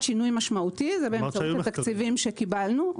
שינוי משמעותי ובאמצעות התקציבים שקיבלנו.